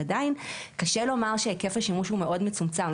עדיין, קשה לומר שהיקף השימוש הוא מאוד מצומצם.